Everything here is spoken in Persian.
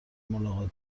ملاقات